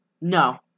no